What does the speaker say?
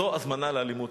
זו הזמנה לאלימות.